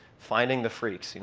finding the freaks you